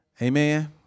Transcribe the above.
Amen